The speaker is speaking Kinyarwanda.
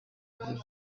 kurya